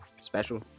special